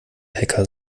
hacker